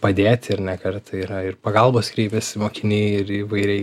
padėti ir ne kartą yra ir pagalbos kreipęsi mokiniai ir įvairiai